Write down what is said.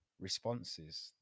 responses